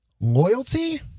loyalty